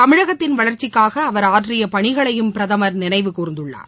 தமிழகத்தின் வளர்ச்சிக்காகஅவர் ஆற்றியபணிகளையும் பிரதமர் நினைவு கூர்ந்துள்ளார்